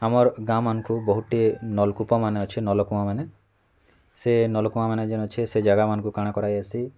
ଆମର୍ ଗାଁମାନଙ୍କୁ ବହୁଟେ ନଲକୂପ୍ ମାନେ ଅଛେ ନଲକୂଅଁ ସେ ନଲକୂଅଁମାନେ ଯେନ୍ ଅଛେ ସେ ଜାଗାମାନଙ୍କୁ କାଁଣ କରା ଯାଉସି